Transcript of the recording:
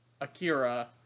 Akira